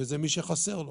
וזה מי שחסר לו.